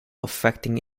affecting